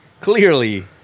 Clearly